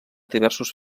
diversos